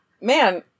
man